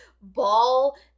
ball